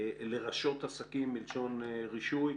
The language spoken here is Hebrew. לרשות עסקים, מלשון רישוי,